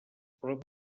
prop